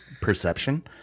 perception